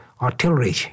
artillery